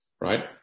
right